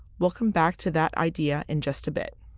we'll come back to that idea in just a bit.